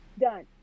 Done